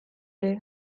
ere